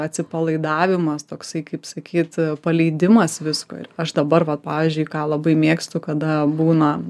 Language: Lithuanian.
atsipalaidavimas toksai kaip sakyt paleidimas visko ir aš dabar vat pavyzdžiui ką labai mėgstu kada būna